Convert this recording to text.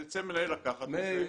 ירצה מנהל לקחת, אדרבה.